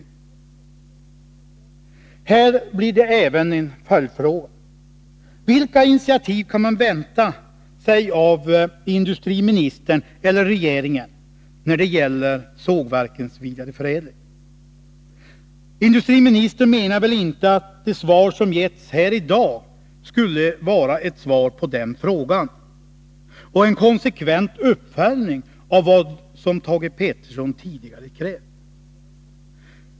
Även här blir det en följdfråga: Vilka initiativ kan man vänta sig av industriministern eller regeringen när det gäller sågverkens vidareförädling? Industriministern menar väl inte att det svar som getts här i dag skulle vara ett svar på den frågan och en konsekvent uppföljning av vad Thage Peterson tidigare krävt.